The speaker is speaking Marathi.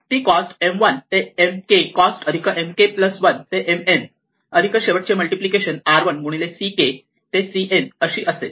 ती कॉस्ट M 1 ते M k कॉस्ट अधिक M k प्लस वन ते M n अधिक शेवटचे मल्टिप्लिकेशन r 1 गुणिले c k ते c n अशी असेल